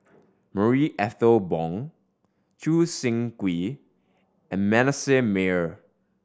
Marie Ethel Bong Choo Seng Quee and Manasseh Meyer